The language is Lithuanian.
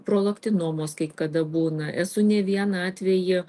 prolaktinomos kai kada būna esu ne vieną atvejį